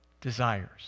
desires